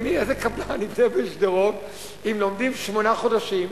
איזה קבלן יבנה בשדרות אם לומדים שמונה חודשים?